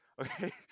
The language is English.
Okay